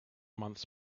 months